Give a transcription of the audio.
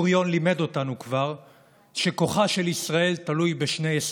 בן-גוריון כבר לימד אותנו שכוחה של ישראל תלוי בשני יסודות: